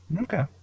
Okay